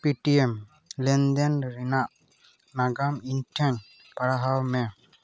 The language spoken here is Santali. ᱯᱮᱴᱤ ᱮᱢ ᱞᱮᱱᱫᱮᱱ ᱨᱮᱱᱟᱜ ᱱᱟᱜᱟᱢ ᱤᱧᱴᱷᱮᱱ ᱯᱟᱲᱦᱟᱣᱢᱮ